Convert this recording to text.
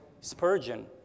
Spurgeon